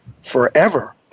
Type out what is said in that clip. forever